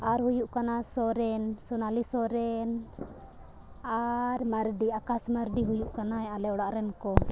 ᱟᱨ ᱦᱩᱭᱩᱜ ᱠᱟᱱᱟ ᱥᱚᱨᱮᱱ ᱥᱳᱱᱟᱞᱤ ᱥᱚᱨᱮᱱ ᱟᱨ ᱢᱟᱨᱰᱤ ᱟᱠᱟᱥ ᱢᱟᱨᱰᱤ ᱦᱩᱭᱩᱜ ᱠᱟᱱᱟᱭ ᱟᱞᱮ ᱚᱲᱟᱜ ᱨᱮᱱ ᱠᱚ